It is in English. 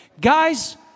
Guys